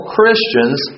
Christians